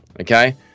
okay